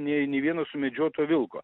nė nei vieno sumedžioto medžioto vilko